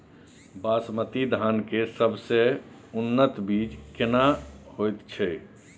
बासमती धान के सबसे उन्नत बीज केना होयत छै?